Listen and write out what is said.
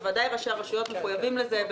בוודאי ראשי הרשויות מחויבים לזה.